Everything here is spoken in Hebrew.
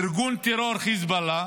ארגון טרור חיזבאללה,